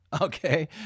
Okay